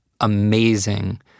amazing